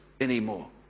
anymore